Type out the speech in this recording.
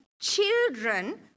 Children